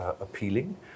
appealing